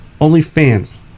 OnlyFans